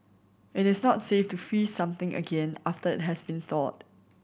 it is not safe to freeze something again after it has been thawed